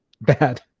bad